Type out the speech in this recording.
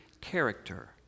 character